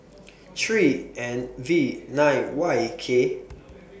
three N V nine Y K